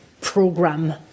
program